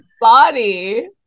body